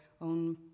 own